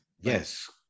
Yes